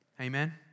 Amen